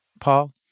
Paul